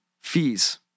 fees